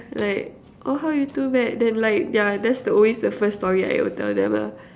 like oh how you two met then like yeah that's the always the first story I'll tell them lah